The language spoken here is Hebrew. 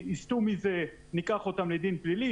יסטו מזה ניקח אותם לדין פלילי,